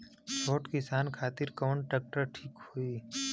छोट किसान खातिर कवन ट्रेक्टर ठीक होई?